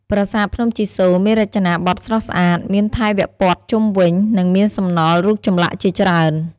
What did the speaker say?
ប្រាសាទភ្នំជីសូរមានរចនាបថស្រស់ស្អាត មានថែវព័ទ្ធជុំវិញ និងមានសំណល់រូបចម្លាក់ជាច្រើន។